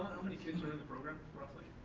how many kids are in the program roughly?